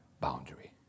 boundary